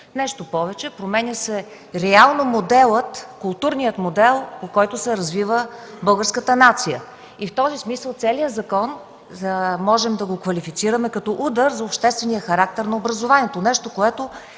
Нещо повече, променя се реално моделът, културният модел, по който се развива българската нация. В този смисъл, целият закон можем да го квалифицираме като удар за обществения характер на образованието – нещо, което